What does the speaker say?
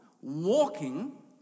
walking